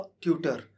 tutor